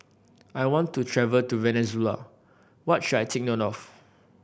I want to travel to Venezuela what should I take note of